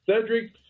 Cedric